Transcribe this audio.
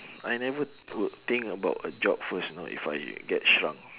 I never would think about a job first you know if I get shrunk